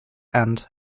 and